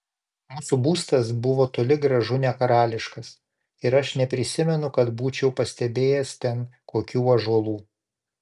mūsų būstas buvo toli gražu ne karališkas ir aš neprisimenu kad būčiau pastebėjęs ten kokių ąžuolų